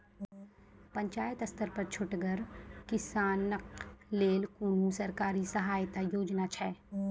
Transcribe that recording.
पंचायत स्तर पर छोटगर किसानक लेल कुनू सरकारी सहायता योजना छै?